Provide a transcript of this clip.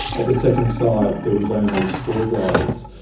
at the second site there was only squirrel gliders.